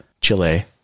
Chile